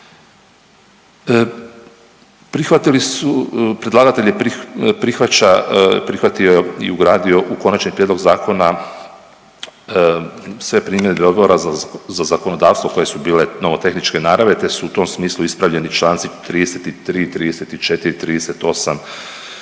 prihvaća, prihvatio i ugradio u konačni prijedlog zakona sve primjedbe Odbora za zakonodavstvo koje su bile nomotehničke naravi te su u tom su u tom smislu ispravljeni čl. 33, 34, 38